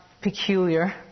peculiar